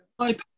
iPad